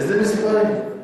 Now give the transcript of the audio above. איזה מספרים?